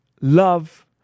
love